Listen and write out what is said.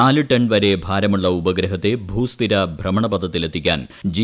നാല് ടൺ വരെ ഭാരമുള്ള ഉപഗ്രഹത്തെ ഭൂസ്ഥിര ഭ്രമണപഥത്തിലെത്തിക്കാൻ ജി